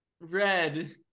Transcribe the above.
red